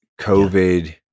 COVID